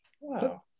Wow